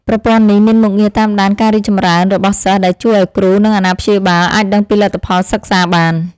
ប្រព័ន្ធនេះមានមុខងារតាមដានការរីកចម្រើនរបស់សិស្សដែលជួយឱ្យគ្រូ និងអាណាព្យាបាលអាចដឹងពីលទ្ធផលសិក្សាបាន។